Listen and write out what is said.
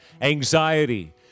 Anxiety